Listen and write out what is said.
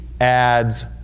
adds